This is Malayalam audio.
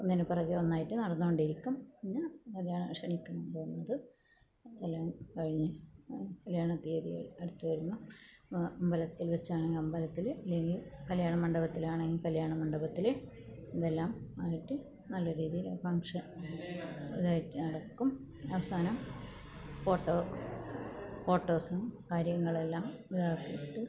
ഒന്നിനു പുറകെ ഒന്നായിട്ട് നടന്നുകൊണ്ടിരിക്കും പിന്നെ കല്യാണം ക്ഷണിക്കാൻ പോവുന്നത് അതെല്ലാം കഴിഞ്ഞ് കല്യാണ തീയതികൾ അടുത്ത് വരുമ്പം അമ്പലത്തിൽ വെച്ചാണെങ്കിൽ അമ്പലത്തിൽ അല്ലെങ്കിൽ കല്യാണ മണ്ഡപത്തിലാണെങ്കിൽ കല്യാണ മണ്ഡപത്തിൽ ഇതെല്ലാം ആയിട്ട് നല്ല രീതിയിൽ ഫങ്ഷൻ ഇതായിട്ട് നടക്കും അവസാനം ഫോട്ടോ ഫോട്ടോസും കാര്യങ്ങളെല്ലാം ഇതാക്കിയിട്ട്